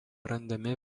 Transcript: randami